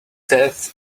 death